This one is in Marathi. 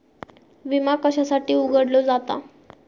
विमा कशासाठी उघडलो जाता?